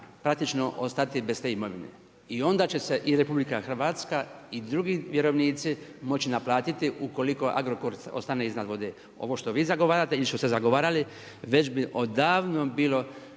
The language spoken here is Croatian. praktično ostati bez te imovine. I onda će se i Republika Hrvatska i drugi vjerovnici moći naplatiti ukoliko Agrokor ostane iznad vode. Ovo što vi zagovarate ili što ste zagovarali već bi odavno bilo